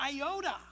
iota